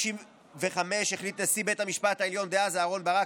ב-1995 החליט נשיא בית המשפט העליון דאז אהרן ברק